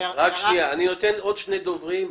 בבקשה,